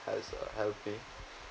has uh helped me